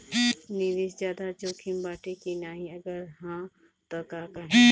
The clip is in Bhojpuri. निवेस ज्यादा जोकिम बाटे कि नाहीं अगर हा तह काहे?